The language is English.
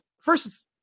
first